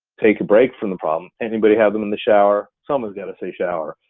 take a break from the problem, anybody have them in the shower, someone's gotta say shower.